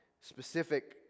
specific